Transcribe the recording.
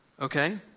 okay